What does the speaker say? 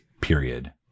period